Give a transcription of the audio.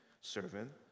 servant